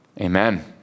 amen